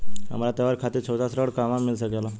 हमरा त्योहार खातिर छोटा ऋण कहवा मिल सकेला?